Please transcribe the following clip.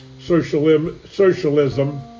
Socialism